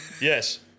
Yes